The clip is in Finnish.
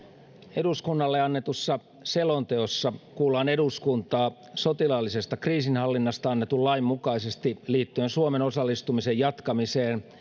eduskunnalle annetussa selonteossa kuullaan eduskuntaa sotilaallisesta kriisinhallinnasta annetun lain mukaisesti liittyen suomen osallistumisen jatkamiseen